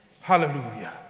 Hallelujah